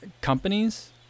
companies